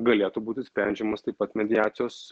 galėtų būti sprendžiamas taip pat mediacijos